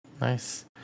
Nice